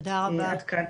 עד כאן.